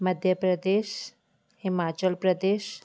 Madhya Pradesh Himachal Pradesh